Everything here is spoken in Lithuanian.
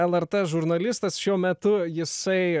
lrt žurnalistas šiuo metu jisai